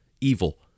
evil